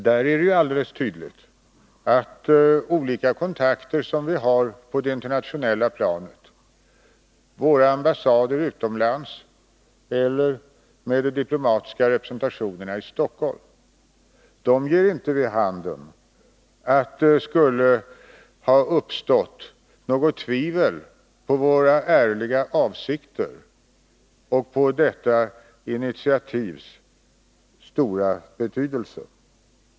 Det är alldeles tydligt att olika kontakter som vi har på det internationella planet, med våra ambassader utomlands eller med de diplomatiska representationerna i Stockholm, inte gett vid handen att det skulle ha uppstått något tvivel om våra ärliga avsikter och på detta initiativs stora betydelse.